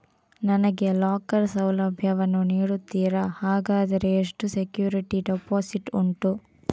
ನನಗೆ ಲಾಕರ್ ಸೌಲಭ್ಯ ವನ್ನು ನೀಡುತ್ತೀರಾ, ಹಾಗಾದರೆ ಎಷ್ಟು ಸೆಕ್ಯೂರಿಟಿ ಡೆಪೋಸಿಟ್ ಉಂಟು?